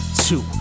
two